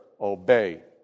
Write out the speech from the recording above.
Obey